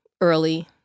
early